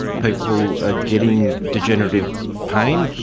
people are getting degenerative pain,